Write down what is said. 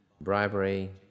bribery